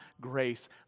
grace